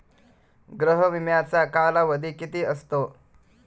गृह विम्याचा कालावधी किती असतो?